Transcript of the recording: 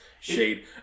shade